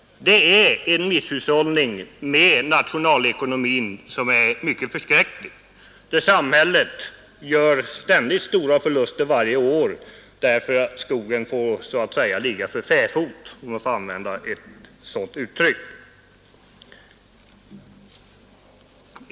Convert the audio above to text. Det sker en nationalekonomisk misshushållning som är förskräcklig, och samhället gör varje år stora förluster därför att skog får ligga för fäfot, om jag får använda ett sådant uttryck.